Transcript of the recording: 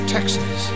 Texas